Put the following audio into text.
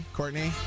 Courtney